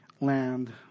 land